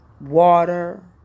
water